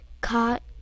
caught